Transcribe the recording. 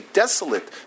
desolate